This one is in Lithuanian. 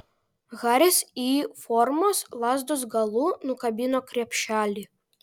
haris y formos lazdos galu nukabino krepšelį